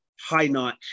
high-notch